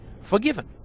forgiven